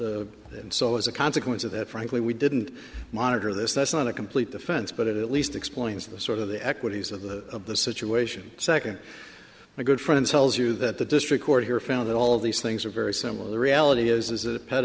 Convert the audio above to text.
the and so as a consequence of that frankly we didn't monitor this that's not a complete defense but it at least explains the sort of the equities of the of the situation second my good friend tells you that the district court here found that all of these things are very similar the reality is is a pe